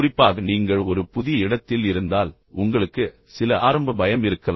குறிப்பாக நீங்கள் ஒரு புதிய இடத்தில் இருந்தால் உங்களுக்கு சில ஆரம்ப பயம் இருக்கலாம்